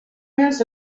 minutes